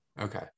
okay